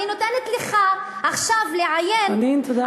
אני נותנת לך עכשיו לעיין, חנין, תודה רבה.